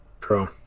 True